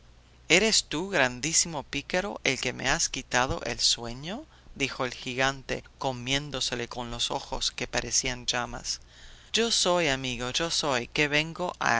eres tú grandísimo pícaro el que me has quitado el sueño dijo el gigante comiéndoselo con los ojos que parecían llamas yo soy amigo yo soy que vengo a